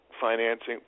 financing